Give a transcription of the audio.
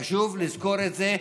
חשוב לזכור את זה.